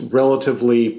relatively